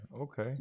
Okay